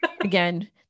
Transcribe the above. again